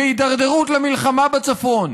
הידרדרות למלחמה בצפון,